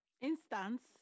Instance